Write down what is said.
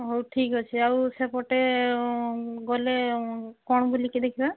ହଉ ଠିକ୍ ଅଛି ଆଉ ସେପଟେ ଗଲେ କ'ଣ ବୁଲିକି ଦେଖିବା